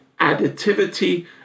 additivity